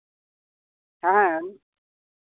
ᱦᱮᱸ